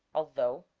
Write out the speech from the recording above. although